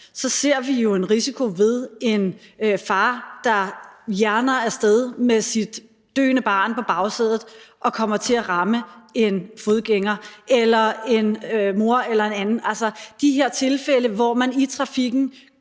kan være – en risiko ved en far, der hjerner af sted med sit døende barn på bagsædet og kommer til at ramme en fodgænger, eller det kan være en mor eller en anden. I de tilfælde, hvor man i trafikken